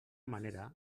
manera